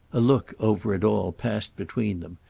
a look, over it all, passed between them,